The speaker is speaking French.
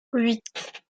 huit